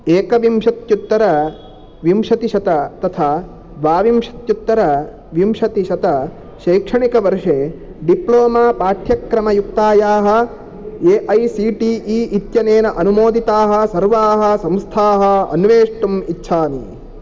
एकविंशत्युत्तरविंशतिशत तथा द्वाविंशत्युत्तरविंशतिशत शैक्षणिकवर्षे डिप्लोमा पाठ्यक्रमयुक्तायाः A I C T E इत्यनेन अनुमोदिताः सर्वाः संस्थाः अन्वेष्टुम् इच्छामि